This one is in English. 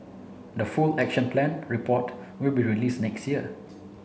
the full Action Plan report will be release next year